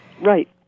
Right